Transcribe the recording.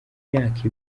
myaka